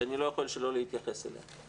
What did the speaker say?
שאני לא יכול שלא להתייחס אליה,